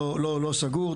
לא סגור,